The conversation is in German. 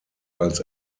als